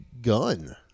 gun